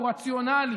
הוא רציונלי,